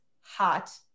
hot